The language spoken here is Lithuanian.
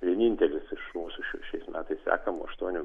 vienintelis iš mūsų šiais metais sekamų aštuonių